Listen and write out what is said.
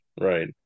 right